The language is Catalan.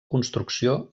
construcció